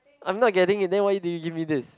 I'm not getting it then why did you give me this